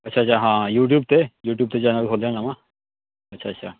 ਅੱਛਾ ਅੱਛਾ ਹਾਂ ਯੂਟਿਊਬ 'ਤੇ ਯੂਟਿਊਬ 'ਤੇ ਚੈਨਲ ਖੋਲਿਆ ਨਵਾਂ ਅੱਛਾ ਅੱਛਾ